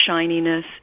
shininess